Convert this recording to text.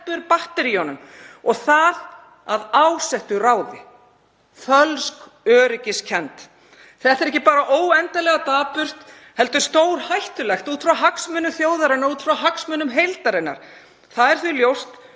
sleppir batteríunum og það af ásettu ráði. Fölsk öryggiskennd. Þetta er ekki bara óendanlega dapurt heldur stórhættulegt út frá hagsmunum þjóðarinnar og út frá hagsmunum heildarinnar. Það er því ljóst